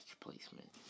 placement